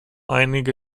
einige